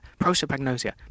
prosopagnosia